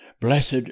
Blessed